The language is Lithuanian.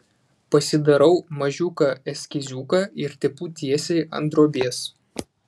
pasidarau mažiuką eskiziuką ir tepu tiesiai ant drobės